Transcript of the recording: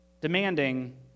demanding